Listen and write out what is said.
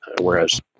whereas